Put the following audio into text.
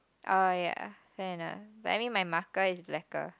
oh ya fair enough but I mean my marker is blacker